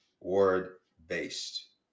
word-based